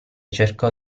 cercò